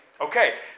Okay